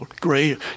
great